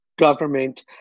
Government